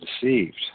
deceived